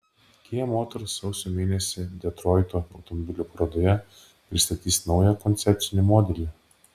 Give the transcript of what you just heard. kia motors sausio mėnesį detroito automobilių parodoje pristatys naują koncepcinį modelį